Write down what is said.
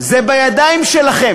זה בידיים שלכם.